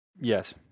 Yes